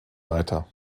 weiter